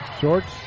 Shorts